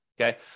Okay